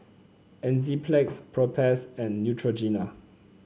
Enzyplex Propass and Neutrogena